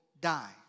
die